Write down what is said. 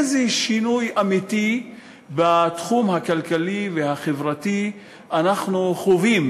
איזה שינוי אמיתי בתחום הכלכלי והחברתי אנחנו חווים,